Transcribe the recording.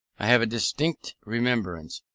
i have a distinct remembrance,